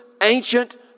ancient